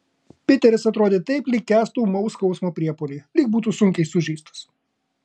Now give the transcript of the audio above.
piteris atrodė taip lyg kęstų ūmaus skausmo priepuolį lyg būtų sunkiai sužeistas